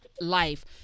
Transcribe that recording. life